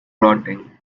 rotting